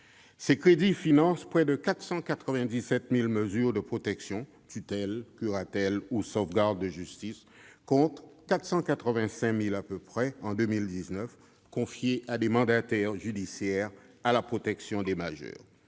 Ces crédits financent près de 497 000 mesures de protection- tutelles, curatelles ou sauvegardes de justice -, contre 484 656 en 2019, confiées à des mandataires judiciaires à la protection des majeurs.